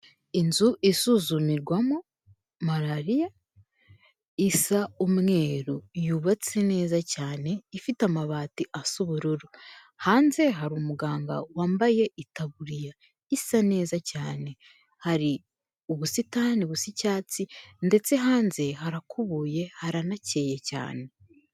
Inzu isuzumirwamo malariya, isa umweru. Yubatse neza cyane, ifite amabati asa ubururu. Hanze hari umuganga wambaye itaburiya isa neza cyane. Hari ubusitani busa icyatsi ndetse hanze harakubuye, haranacyeye cyane.